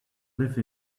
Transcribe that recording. live